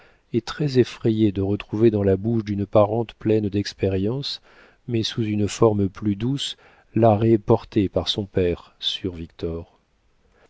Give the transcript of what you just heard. et très effrayée de retrouver dans la bouche d'une parente pleine d'expérience mais sous une forme plus douce l'arrêt porté par son père sur